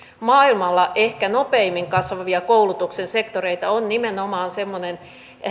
maailmalla ehkä nopeimmin kasvavia koulutuksen sektoreita on nimenomaan semmoinen